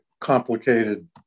complicated